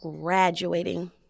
Graduating